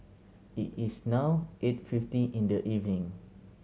it is now eight fifty in the evening